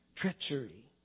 Treachery